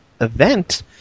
event